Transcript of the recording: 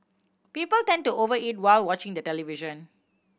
people tend to over eat while watching the television